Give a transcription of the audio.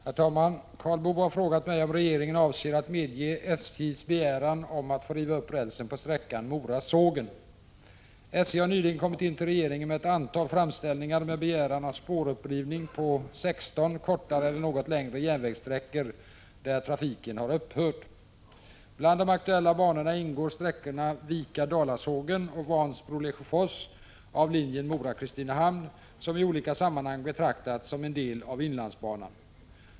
Herr talman! Karl Boo har frågat mig om regeringen avser att medge SJ:s begäran om att få riva upp rälsen på sträckan Mora-Sågen. Bland de aktuella banorna ingår sträckorna Vika-Dalasågen och Vansbro-Lesjöfors av linjen Mora-Kristinehamn, som i olika sammanhang betraktats som en del av inlandsbanan.